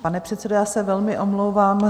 Pane předsedo, já se velmi omlouvám.